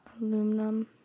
aluminum